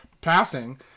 passing